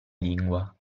lingua